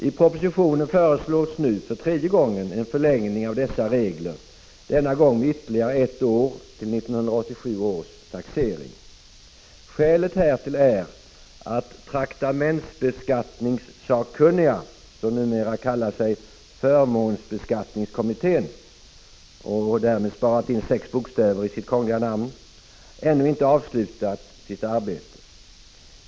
I propositionen föreslås nu för tredje gången en förlängning av dessa regler, denna gång med ytterligare ett år till 1987 års taxering. Skälet härtill är att traktamentsbeskattningssakkunniga som numera kallar sig förmånsbeskattningskommittén — och därmed sparat in sex bokstäver i sitt krångliga namn — ännu inte avslutat sitt arbete.